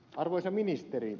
arvoisa ministeri